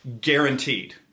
guaranteed